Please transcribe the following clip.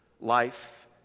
life